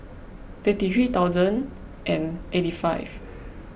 fifty three thousand and eighty five